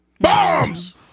Bombs